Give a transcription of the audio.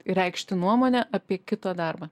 reikšti nuomonę apie kito darbą